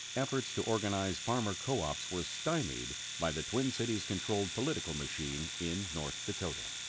efforts to organize farmer co-ops were stymied by the twin cities-controlled political machine in north dakota.